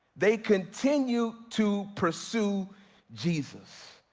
they continue to pursue jesus.